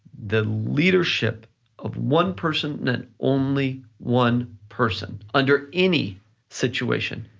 the leadership of one person and only one person, under any situation,